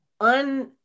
un